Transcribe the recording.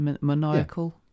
Maniacal